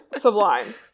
sublime